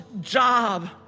job